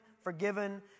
forgiven